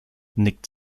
nickt